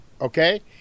okay